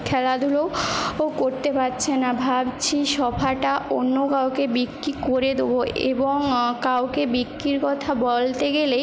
খেলাধুলোও ও করতে পারছে না ভাবছি সোফাটা অন্য কাউকে বিক্রি করে দেব এবং কাউকে বিক্রির কথা বলতে গেলেই